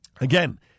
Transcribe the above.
Again